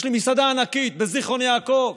יש לי מסעדה ענקית בזיכרון יעקב,